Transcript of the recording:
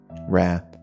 wrath